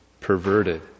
perverted